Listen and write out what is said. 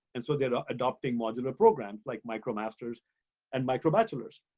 and so they're adopting modular programs like micromasters and microbachelors.